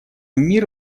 мир